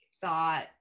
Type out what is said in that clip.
thought